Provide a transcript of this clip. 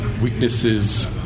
weaknesses